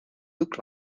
look